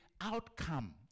outcome